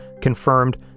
confirmed